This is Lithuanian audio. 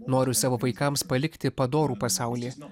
noriu savo vaikams palikti padorų pasaulį